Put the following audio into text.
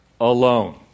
alone